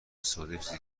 سوءاستفاده